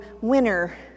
winner